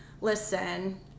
Listen